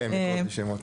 כן, בלי שמות.